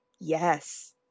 Yes